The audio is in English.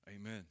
Amen